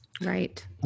Right